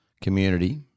community